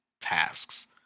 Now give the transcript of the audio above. Tasks